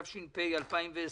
התש"ף-2020,